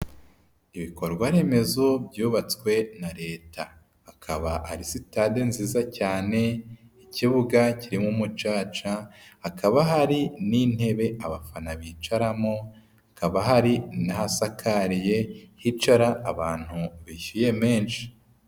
Ibikorwa remezo byubatswe na leta. Akaba ari sitade nziza cyane, ikibuga kirimo umucaca, hakaba hari n'intebe abafana bicaramo, hakaba hari n'ahasakariye, hicara abantu bishyuye menshi.